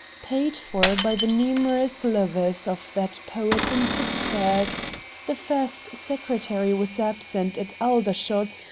paid for by the numerous lovers of that poet in pittsburg the first secretary was absent at aldershot,